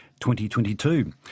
2022